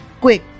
Quick